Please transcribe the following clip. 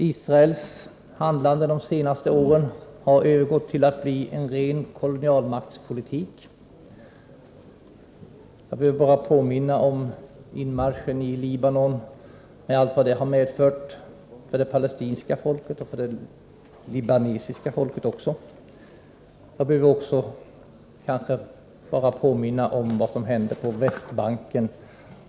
Israels handlande de senaste åren har övergått till en ren kolonialmaktspolitik. Jag behöver bara påminna om inmarschen i Libanon, med allt vad det har medfört för det palestinska folket och det libanesiska folket också. Jag behöver kanske också påminna om vad som hände på Västbanken.